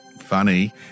funny